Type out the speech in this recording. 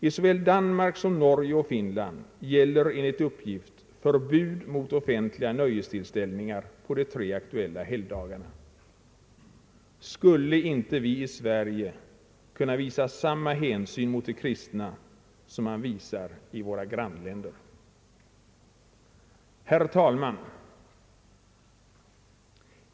I såväl Danmark som Norge och Finland gäller enligt uppgift förbud mot offentliga nöjestillställningar på de tre aktuella helgdagarna. Skulle inte vi i Sverige kunna visa samma hänsyn mot de kristna som man visar i våra grannländer? Herr talman!